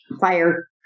fire